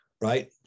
right